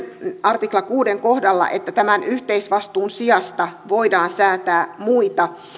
artikla kuuden kohdalla sen että tämän yhteisvastuun sijasta voidaan säätää muita